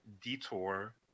detour